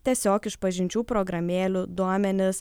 tiesiog iš pažinčių programėlių duomenys